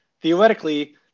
theoretically